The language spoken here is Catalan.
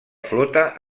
flota